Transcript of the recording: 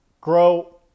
grow